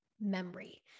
memory